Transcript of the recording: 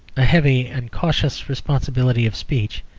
a heavy and cautious responsibility of speech,